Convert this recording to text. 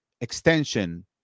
extension